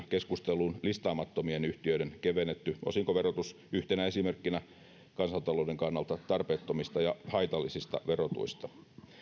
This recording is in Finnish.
keskusteluun listaamattomien yhtiöiden kevennetty osinkoverotus yhtenä esimerkkinä kansantalouden kannalta tarpeettomista ja haitallisista verotuista